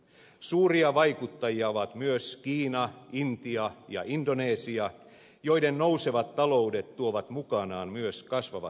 suuria vaikuttajia ovat myös kiina intia ja indonesia joiden nousevat taloudet tuovat mukanaan myös kasvavat päästöt